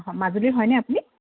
অঁ মাজুলীৰ হয়নে আপুনি